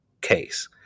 case